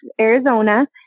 Arizona